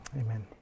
amen